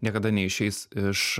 niekada neišeis iš